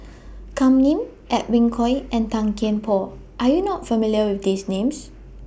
Kam Ning Edwin Koek and Tan Kian Por Are YOU not familiar with These Names